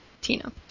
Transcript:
Tina